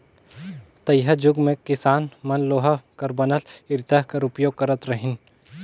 तइहाजुग मे किसान मन लोहा कर बनल इरता कर उपियोग करत रहिन